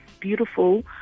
beautiful